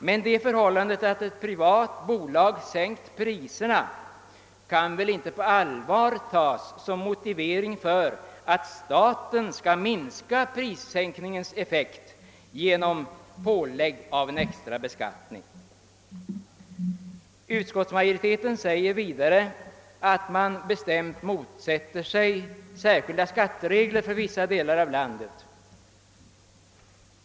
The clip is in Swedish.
Men det förhållandet att ett privat bolag sänkt priserna kan väl inte på allvar tas som motivering för att staten skall minska prissänkningens effekt genom att lägga på en extra beskattning? Utskottsmajoriteten säger vidare att den bestämt motsätter sig särskilda skatteregler för vissa delar av landet.